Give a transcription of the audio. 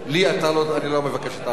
לי אני לא מבקש שתעזור.